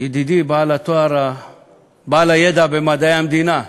ידידי בעל הידע במדעי המדינה,